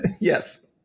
Yes